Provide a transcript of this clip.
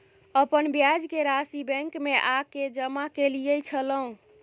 अपन ब्याज के राशि बैंक में आ के जमा कैलियै छलौं?